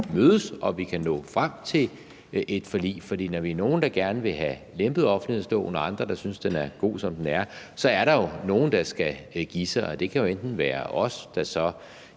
mødes om det og nå frem til et forlig. For når vi er nogle, der gerne vil have lempet offentlighedsloven, og andre, der synes, den er god, som den er, så er der jo nogle, der skal give sig. Det kan jo være os, der